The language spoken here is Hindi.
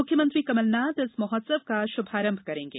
मुख्यमंत्री कमलनाथ इस महोत्सव का शुभारंभ करेंगे